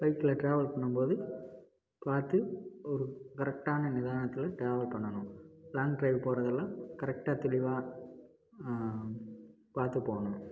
பைக்கில் ட்ராவல் பண்ணும்போது பார்த்து ஒரு கரெட்டான நிதானத்தில் ட்ராவல் பண்ணணும் லாங்க் ட்ரைவ் போகிறதுல்லாம் கரெட்டாக தெளிவாக பார்த்து போகணும்